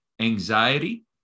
anxiety